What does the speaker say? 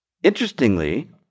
Interestingly